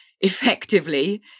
effectively